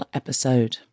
episode